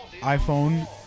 iPhone